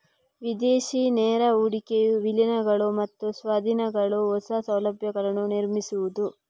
ವಿದೇಶಿ ನೇರ ಹೂಡಿಕೆಯು ವಿಲೀನಗಳು ಮತ್ತು ಸ್ವಾಧೀನಗಳು, ಹೊಸ ಸೌಲಭ್ಯಗಳನ್ನು ನಿರ್ಮಿಸುವುದು